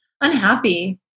unhappy